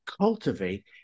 cultivate